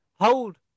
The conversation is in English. hold